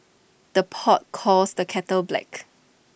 the pot calls the kettle black